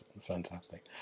fantastic